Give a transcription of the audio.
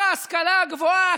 אתם פה.